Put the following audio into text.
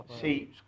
See